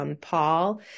Paul